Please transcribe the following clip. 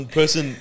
person